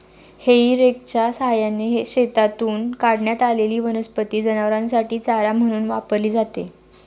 हेई रेकच्या सहाय्याने शेतातून काढण्यात आलेली वनस्पती जनावरांसाठी चारा म्हणून वापरली जाते